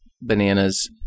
bananas